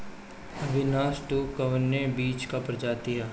अविनाश टू कवने बीज क प्रजाति ह?